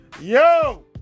Yo